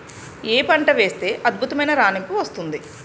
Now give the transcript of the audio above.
ఏ పంట వేస్తే అద్భుతమైన రాణింపు వస్తుంది?